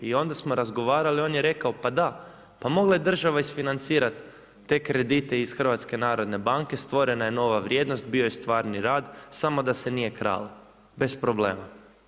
I onda smo razgovarali, on je rekao pa da, pa mogla je država isfinancirati te kredite iz Hrvatske narodne banke, stvorena je nova vrijednost, bio je stvarni rad samo da se nije kralo, bez problema.